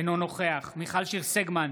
אינו נוכח מיכל שיר סגמן,